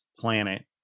Planet